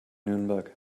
nürnberg